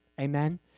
amen